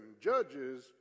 judges